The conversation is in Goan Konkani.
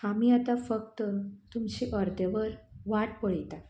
आमी आतां फक्त अर्देवर वाट पळयता